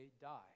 die